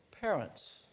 parents